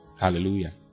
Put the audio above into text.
Hallelujah